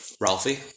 Ralphie